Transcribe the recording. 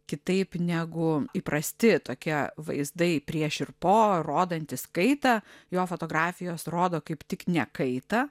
kitaip negu įprasti tokie vaizdai prieš ir po rodantys kaitą jo fotografijos rodo kaip tik nekaita